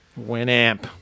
Winamp